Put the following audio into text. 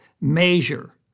measure